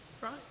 Right